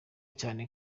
cyane